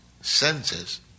senses